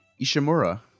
Ishimura